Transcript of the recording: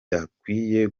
bidakwiye